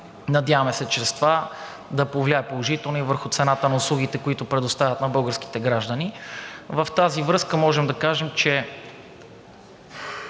Надяваме се чрез това да се повлияе положително и върху цената на услугите, които предоставят на българските граждани. В тази връзка можем да кажем, че